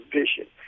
vision